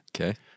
Okay